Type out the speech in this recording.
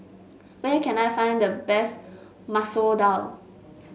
where can I find the best Masoor Dal